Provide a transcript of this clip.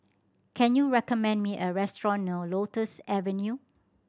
can you recommend me a restaurant near Lotus Avenue